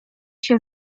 się